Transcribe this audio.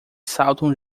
saltam